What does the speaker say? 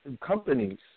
companies